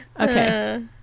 Okay